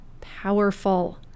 powerful